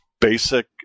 basic